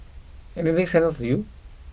anything stand out to you